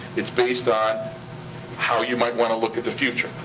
it's based on how you might wanna look at the future.